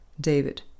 David